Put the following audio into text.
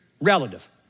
relative